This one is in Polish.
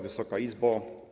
Wysoka Izbo!